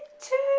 two